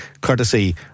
courtesy